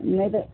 नाही तर